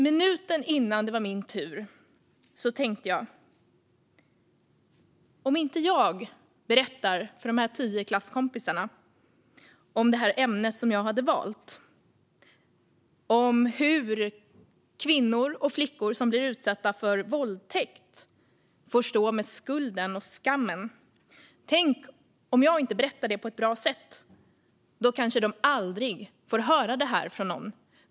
Minuten innan det var min tur tänkte jag: Om inte jag berättar för de här tio klasskompisarna om det ämne som jag har valt - hur kvinnor och flickor som blir utsatta för våldtäkt får stå med skulden och skammen - på ett bra sätt kanske de aldrig får höra det här från någon!